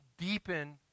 deepen